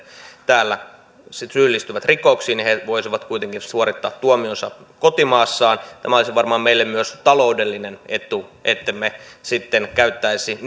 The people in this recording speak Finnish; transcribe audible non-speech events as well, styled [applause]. täällä syyllistyvät rikoksiin voisivat kuitenkin suorittaa tuomionsa kotimaassaan tämä olisi varmaan meille myös taloudellinen etu ettemme sitten käyttäisi [unintelligible]